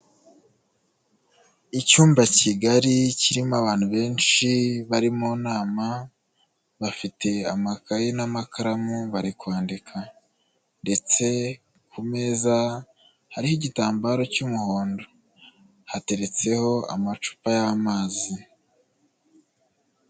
Icyumba kigari kirimo abantu benshi bari mu nama bafite amakaye n'amakaramu bari kwandika ndetse ku meza hariho igitambaro cy'umuhondo, hateretseho amacupa y'amazi.